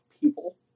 people